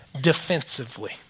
defensively